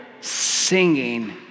singing